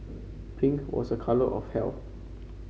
pink was a colour of health